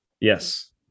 yes